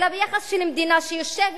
אלא ביחס של מדינה שיושבת